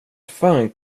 fan